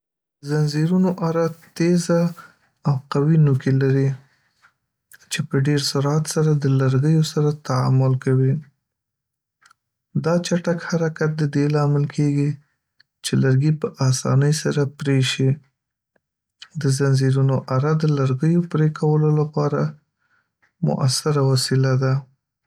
د ځنځیرونو اره تیزه او قوي نوکي لري چې په ډېر سرعت سره د لرګیو سره تعامل کوي دا چټک حرکت د دې لامل کېږي چې لرګی په آسانۍ سره پرې شي. د ځنځیرونو اره د لرګیو پرې کولو لپاره مؤثره وسیله ده.